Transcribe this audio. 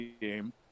game